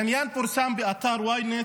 העניין פורסם באתר ynet.